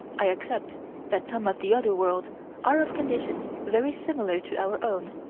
i accept that some of the other worlds are of conditions very similar to our own.